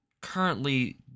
currently